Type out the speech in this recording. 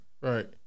Right